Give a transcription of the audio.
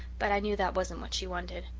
but i knew that wasn't what she wanted.